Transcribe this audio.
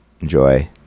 enjoy